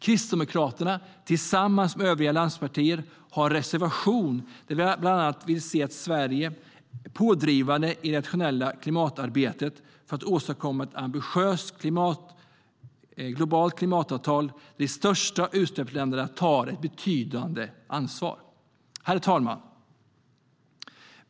Kristdemokraterna har tillsammans med övriga allianspartier en reservation där vi bland annat skriver att vi vill att Sverige är pådrivande i det internationella klimatarbetet för att åstadkomma ett ambitiöst globalt klimatavtal, där de största utsläppsländerna tar ett betydande ansvar. Herr talman!